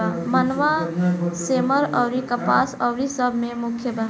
मनवा, सेमर अउरी कपास अउरी सब मे मुख्य बा